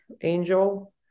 Angel